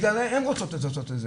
הן רוצות את זה.